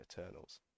Eternals